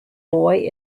boy